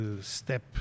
step